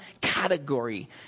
category